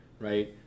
right